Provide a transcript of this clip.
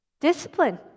discipline